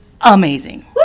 amazing